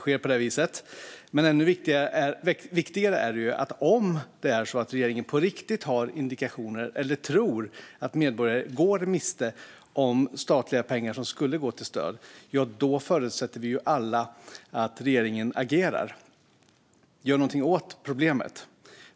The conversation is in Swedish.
Men det är viktigare att regeringen, om regeringen på riktigt har indikationer eller tror att medborgare går miste om statliga pengar som skulle gå till stöd, agerar och gör något åt problemet.